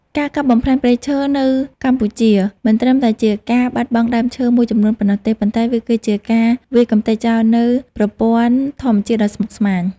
ការកាប់បំផ្លាញព្រៃឈើនៅកម្ពុជាមិនត្រឹមតែជាការបាត់បង់ដើមឈើមួយចំនួនប៉ុណ្ណោះទេ ប៉ុន្តែវាគឺជាការវាយកម្ទេចចោលនូវប្រព័ន្ធធម្មជាតិដ៏ស្មុគស្មាញ។